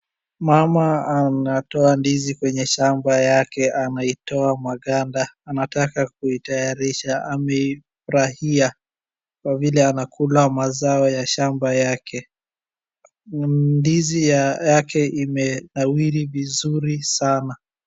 Mama anatoa ndizi kwenye shamba yake anaitoa maganda, anataka kuitayarisha amefurahia, kwa vile anakula mazao ya shamba yake. Ndizi yake imenawiri vizuri sana.